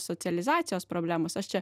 socializacijos problemos aš čia